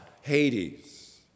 Hades